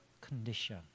condition